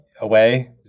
away